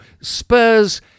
Spurs